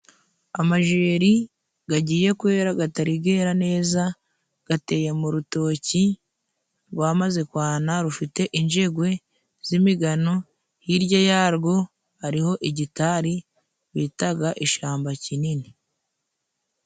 Amajeri gagiye kwera gatarigera neza gateye mu rutoki gwamaze kwana rufite injegwe z'imigano hirya yarwo hariho igitari bitaga ishamba kinini.